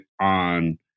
on